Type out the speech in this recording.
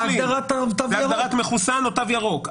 זה הגדרת מחוסן או תו ירוק.